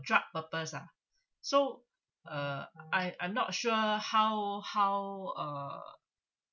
drug purpose ah so uh I I'm not sure how how uh